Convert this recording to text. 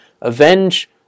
Avenge